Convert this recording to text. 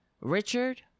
Richard